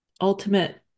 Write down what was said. ultimate